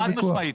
חד משמעית.